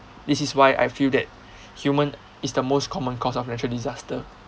this is why I feel that human is the most common cause of natural disaster